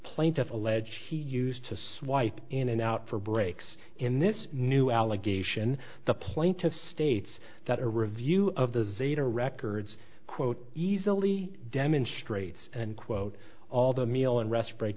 plaintiff allege he used to swipe in and out for breaks in this new allegation the plaintiff states that a review of the veda records quote easily demonstrates and quote all the meal and rest break